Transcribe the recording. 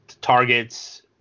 targets